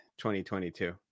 2022